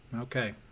Okay